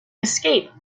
escape